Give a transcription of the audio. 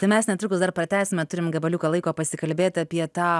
tai mes netrukus dar pratęsime turim gabaliuką laiko pasikalbėti apie tą